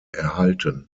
erhalten